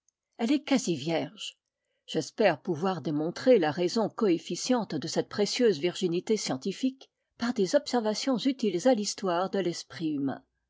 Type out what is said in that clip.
elle est quasi vierge j'espère pouvoir démontrer la raison coefficiente de cette précieuse virginité scientifique par des observations utiles à l'histoire de l'esprit humain